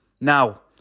Now